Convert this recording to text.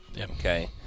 Okay